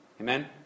Amen